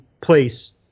place